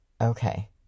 Okay